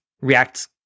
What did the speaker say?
React